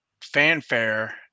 fanfare